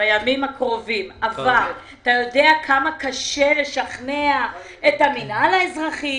בימים הקרובים אבל אתה יודע כמה קשה לשכנע את המינהל האזרחי,